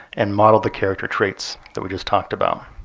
and model the character traits that we just talked about?